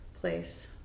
place